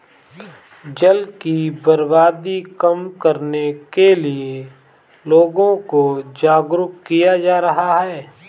जल की बर्बादी कम करने के लिए लोगों को जागरुक किया जा रहा है